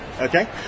Okay